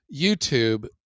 YouTube